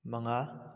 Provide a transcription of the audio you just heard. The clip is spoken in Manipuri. ꯃꯉꯥ